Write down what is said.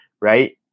right